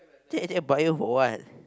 then in the end bio for what